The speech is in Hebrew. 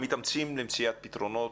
המתאמצים למצוא פתרונות,